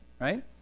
right